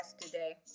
today